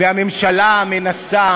ועוד אמר נציג האוצר: הממשלה מצד עצמה